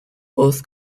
both